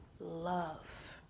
Love